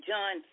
John